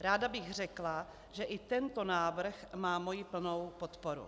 Ráda bych řekla, že i tento návrh má moji plnou podporu.